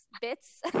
bits